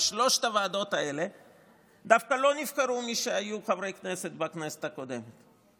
בשלוש הוועדות האלה דווקא לא נבחרו מי שהיו חברי כנסת בכנסת הקודמת.